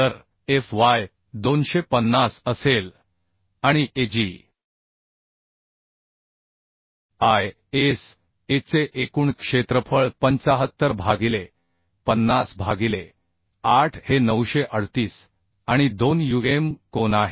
तर Fy 250 असेल आणि Ag ISA चे एकूण क्षेत्रफळ 75 भागिले 50 भागिले 8 हे 938 आणि 2 um कोन आहेत